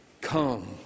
come